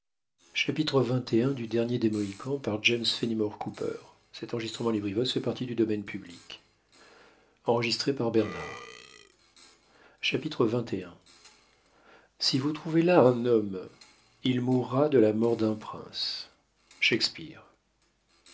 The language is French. des cooper xxi si vous trouvez là un homme il mourra de la mort d'un prince shakespeare